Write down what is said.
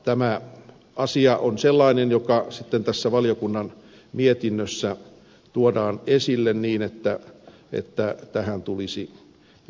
tämä asia on sellainen joka tässä valiokunnan mietinnössä tuodaan esille niin että tähän tulisi y